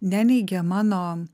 neneigia mano